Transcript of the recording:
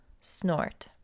Snort